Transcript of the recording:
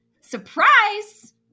Surprise